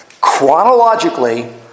chronologically